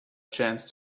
chance